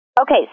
Okay